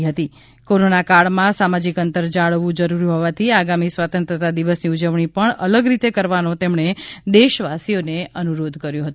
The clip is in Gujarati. બાઇટ નરેન્દ્ર મોદી કારગીલ કોરોનાકાળમાં સામાજિક અંતર જાળવવુ જરૂરી હોવાથી આગામી સ્વતંત્રતા દિવસની ઉજવણી પણ અલગ રીતે કરવાનો તેમણે દેશવાસીઓને અનુરોધ કર્યો હતો